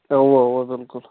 اوٚوا اوٚوا بلکل